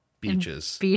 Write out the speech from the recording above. beaches